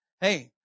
Hey